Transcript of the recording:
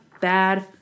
bad